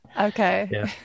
Okay